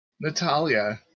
Natalia